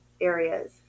areas